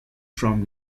from